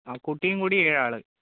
ആ കുട്ടിയും കൂടി ഏഴാള്